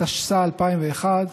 התשס"א 2001,